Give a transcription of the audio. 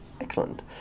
Excellent